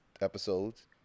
episodes